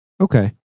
Okay